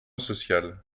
social